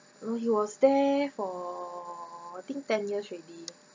um he was there for I think ten years already